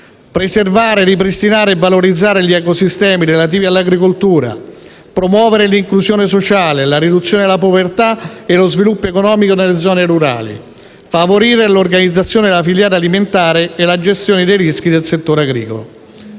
preservare, ripristinare e valorizzare gli ecosistemi relativi all'agricoltura; promuovere l'inclusione sociale, la riduzione della povertà e lo sviluppo economico nelle zone rurali; favorire l'organizzazione della filiera alimentare e la gestione dei rischi nel settore agricolo.